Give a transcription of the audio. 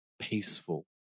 peaceful